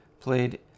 played